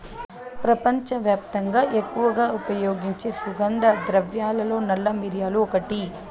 ప్రపంచవ్యాప్తంగా ఎక్కువగా ఉపయోగించే సుగంధ ద్రవ్యాలలో నల్ల మిరియాలు ఒకటి